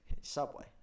Subway